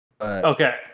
Okay